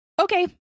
okay